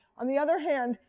on the other hand,